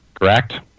correct